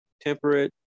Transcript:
temperate